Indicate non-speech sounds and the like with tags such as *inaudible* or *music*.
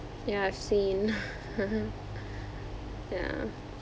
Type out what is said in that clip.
ya I've seen *laughs* ya